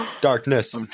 Darkness